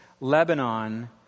Lebanon